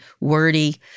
wordy